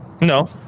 no